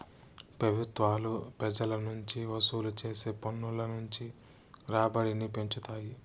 పెబుత్వాలు పెజల నుంచి వసూలు చేసే పన్నుల నుంచి రాబడిని పెంచుతాయి